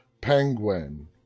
Penguin